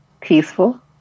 peaceful